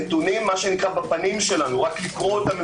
הנתונים בפנים שלנו, רק לקרוא אותם.